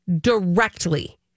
directly